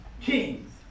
Kings